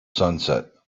sunset